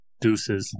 Deuces